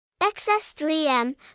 xs3m